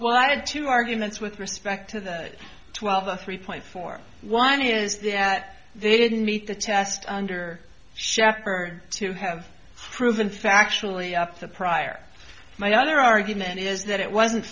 well i had two arguments with respect to the twelve the three point four one is that they didn't meet the test under sheffer to have proven factually up the prior my other argument is that it wasn't